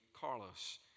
Carlos